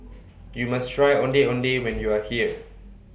YOU must Try Ondeh Ondeh when YOU Are here